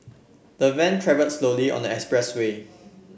the van travelled slowly on the expressway